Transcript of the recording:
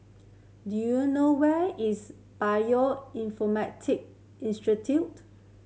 do you know where is Bioinformatic Institute